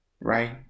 right